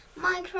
Minecraft